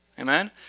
Amen